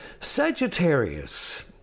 Sagittarius